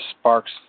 sparks